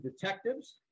Detectives